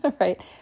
right